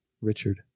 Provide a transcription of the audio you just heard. Richard